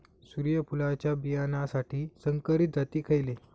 सूर्यफुलाच्या बियानासाठी संकरित जाती खयले?